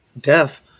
death